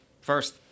first